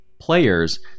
players